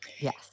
Yes